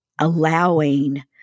allowing